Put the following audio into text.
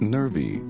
Nervy